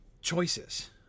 choices